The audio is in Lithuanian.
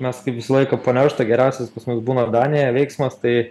mes kaip visą laiką po neršto geriausias pas mus būna danėje veiksmas tai